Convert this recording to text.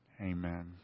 Amen